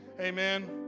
Amen